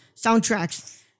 Soundtracks